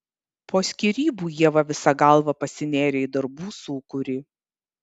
po skyrybų ieva visa galva pasinėrė į darbų sūkurį